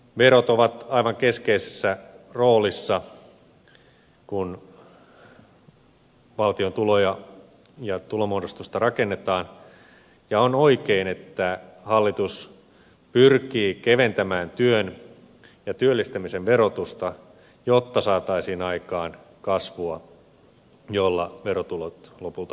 verot ovat aivan keskeisessä roolissa kun valtion tuloja ja tulomuodostusta rakennetaan ja on oikein että hallitus pyrkii keventämään työn ja työllistämisen verotusta jotta saataisiin aikaan kasvua jolla verotulot lopulta lisääntyisivät